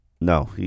No